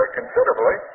considerably